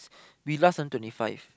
we last until twenty five